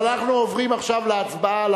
אבל אנחנו עוברים עכשיו להצבעה על